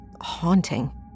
haunting